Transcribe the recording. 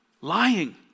lying